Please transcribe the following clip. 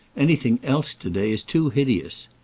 anything else to-day is too hideous.